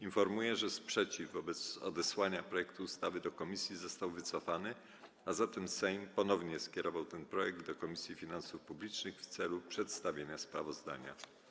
Informuję, że sprzeciw wobec odesłania projektu ustawy do komisji został wycofany, a zatem Sejm ponownie skierował ten projekt do Komisji Finansów Publicznych w celu przedstawienia sprawozdania.